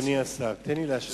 אדוני השר, תן לי להשיב.